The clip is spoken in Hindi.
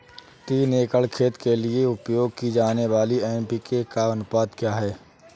तीन एकड़ खेत के लिए उपयोग की जाने वाली एन.पी.के का अनुपात क्या है?